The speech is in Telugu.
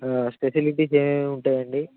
ఫెసిలిటీస్ ఏమేమి ఉంటాయండి